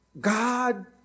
God